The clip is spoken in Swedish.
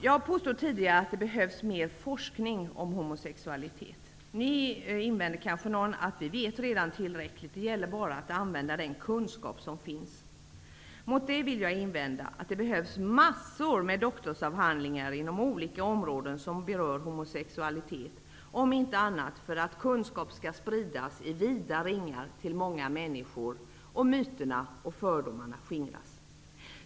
Jag påstod tidigare att det behövs mer forskning om homosexualitet. Nu invänder kanske någon att vi redan vet tillräckligt och att det bara gäller att använda den kunskap som finns. Mot det vill jag invända att det behövs massor av doktorsavhandlingar inom olika områden som berör homosexualitet, om inte annat så för att kunskap skall spridas i vida ringar till många människor och för att myterna och fördomarna skall skingras.